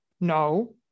No